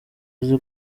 uzi